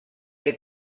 que